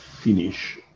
finish